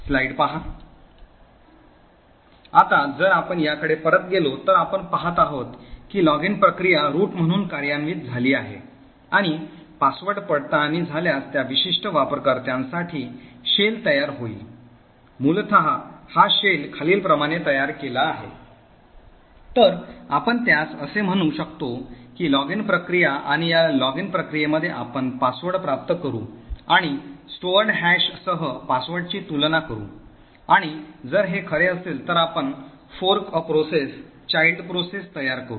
आता जर आपण याकडे परत गेलो तर आपण पाहत आहोत की लॉगिन प्रक्रिया रूट म्हणून कार्यान्वित झाली आहे आणि password पडताळणी झाल्यास त्या विशिष्ट वापरकर्त्यासाठी शेल तयार होईल मूलतः हा शेल खालीलप्रमाणे तयार केला आहे तर आपण त्यास असे म्हणू शकतो की लॉगिन प्रक्रिया आणि या लॉगिन प्रक्रियेमध्ये आपण password प्राप्त करू आणि stored हॅशसह password ची तुलना करू आणि जर हे खरे असेल तर आपण fork a process child process तयार करू